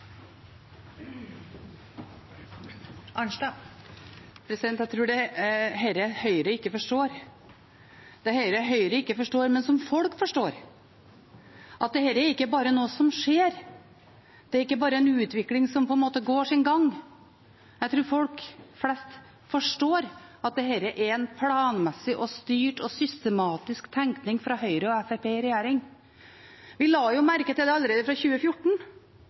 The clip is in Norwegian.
Høyre ikke forstår, men som folk forstår: Dette er ikke bare noe som skjer, det er ikke bare en utvikling som går sin gang. Jeg tror folk flest forstår at dette er en planmessig, styrt og systematisk tenkning fra Høyre og Fremskrittspartiet i regjering. Vi la merke til det allerede i 2014.